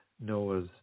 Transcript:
Noah's